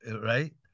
right